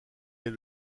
est